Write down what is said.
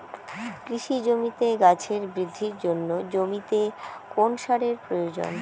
কৃষি জমিতে গাছের বৃদ্ধির জন্য জমিতে কোন সারের প্রয়োজন?